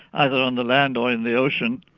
either on the land or in the ocean.